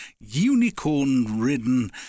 unicorn-ridden